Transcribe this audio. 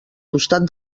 costat